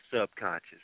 subconscious